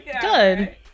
Good